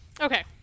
Okay